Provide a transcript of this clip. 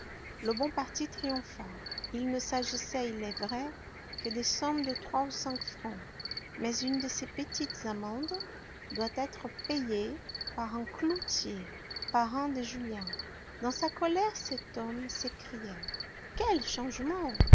le bon parti triompha il ne s'agissait il est vrai que de sommes de trois ou cinq francs mais une de ces petites amendes doit être payée par un cloutier parrain de julien dans sa colère cet homme s'écriait quel changement